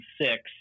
six